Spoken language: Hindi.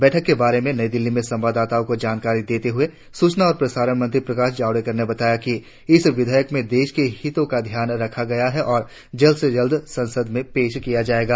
बैठक के बारे में नई दिल्ली में संवाददाताओं को जानकारी देते हुए सूचना और प्रसारण मंत्री प्रकाश जावड़ेकर ने बताया कि इस विधेयक में देश के हितों का ध्यान रखा गया है और जल्द से जल्द संसद में पेश किया जाएगा